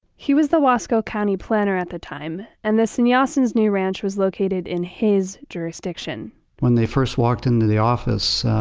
he was the wasco county planner at the time and the sannyasins' new ranch was located in his jurisdiction when they first walked into the office,